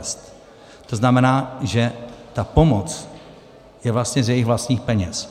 To znamená, že ta pomoc je vlastně z jejich vlastních peněz.